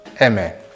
Amen